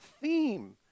theme